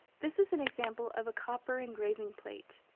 this is an example of a copper engraving plate.